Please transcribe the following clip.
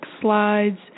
slides